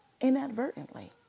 inadvertently